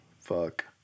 Fuck